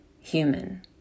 human